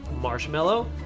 Marshmallow